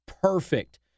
perfect